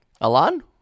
Alan